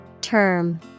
Term